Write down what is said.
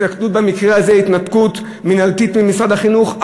התנתקות במקרה הזה היא התנתקות מינהלתית ממשרד החינוך,